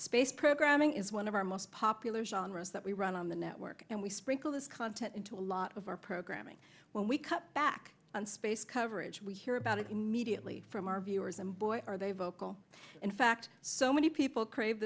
space programming is one of our most popular genres that we run on the network and we sprinkle this content into a lot of our programming when we cut back on space coverage we hear about it immediately from our viewers and boy are they vocal in fact so many people crave